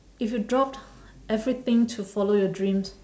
if you dropped everything to follow your dreams